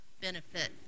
benefit